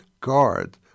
guard